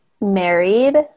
married